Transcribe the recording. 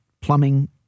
plumbing